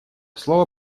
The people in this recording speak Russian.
слово